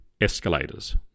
escalators